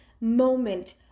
moment